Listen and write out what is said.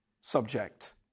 subject